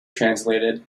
translated